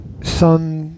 son